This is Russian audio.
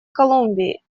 колумбии